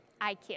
IQ